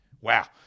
Wow